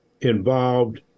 involved